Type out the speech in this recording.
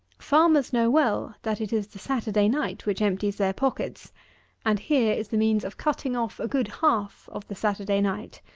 farmers know well that it is the saturday night which empties their pockets and here is the means of cutting off a good half of the saturday night.